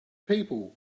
people